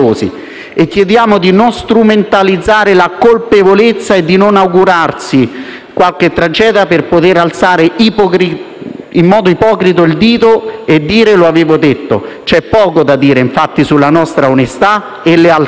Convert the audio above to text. Chiediamo di non strumentalizzare la colpevolezza e di non augurarsi qualche tragedia per poter alzare in modo ipocrita il dito e dire «lo avevo detto». C'è poco da dire, infatti, sulla nostra onestà e lealtà.